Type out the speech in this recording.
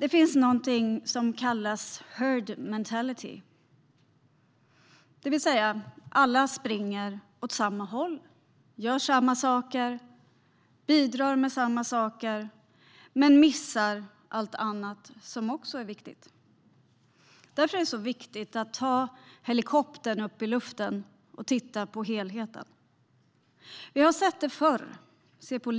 Det finns något som kallas herd mentality, det vill säga att alla springer åt samma håll, gör samma saker och bidrar med samma saker men missar allt annat som också är viktigt. Därför är det viktigt att ha helikoptern uppe i luften och titta på helheten. Vi har sett det förr. Se till